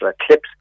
eclipse